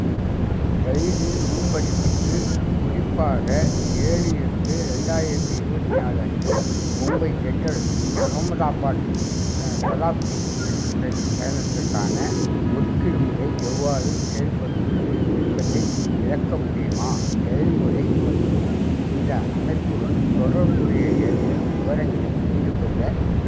அ ரயிலில் முன்பதிவுக்கு குறிப்பாக ஏழு எட்டு ரெண்டாயிரத்தி இருபத்தி நாலு அன்று மும்பை ஜெண்ட்ரல் அகமதாபாத் சதாப்தி எக்ஸ்பிரஸ் பயணத்திற்கான ஒதுக்கீடு முறை எவ்வாறு செயல்படுகிறது என்பதை விளக்க முடியுமா செயல்முறை மற்றும் இந்த அமைப்புடன் தொடர்புடைய ஏதேனும் விவரங்களைப் புரிந்து கொள்ள விரும்புகின்றேன்